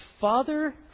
Father